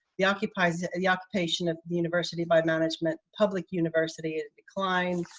the occupies, and the occupation of the university by management. public university is declined.